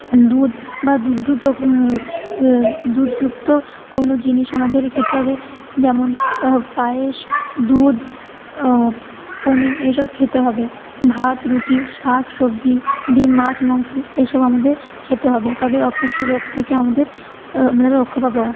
দুধ বা দুগ্ধ দুধযুক্ত কোনো জিনিস আমাদের খেতে হবে যেমন পায়েস দুধ পনির এইসব খেতে হবে ভাত রুটি শাকসবজি ডিম মাছ মাংস এসব আমাদের খেতে হবে তবে অপুষ্টি রোগ থেকে আমাদের আমরা রক্ষা পাবো